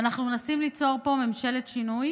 ואנחנו מנסים ליצור פה ממשלת שינוי